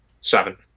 Seven